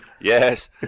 Yes